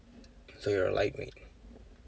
so you're a lightweight